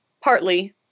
partly